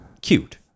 cute